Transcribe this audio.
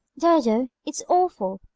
dodo! it's awful